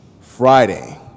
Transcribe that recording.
Friday